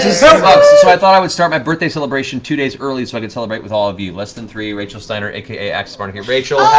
i thought i would start my birthday celebration two days early so i could celebrate with all of you. less than three. rachel steiner aka axisofanarchy. rachel,